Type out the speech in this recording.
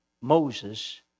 Moses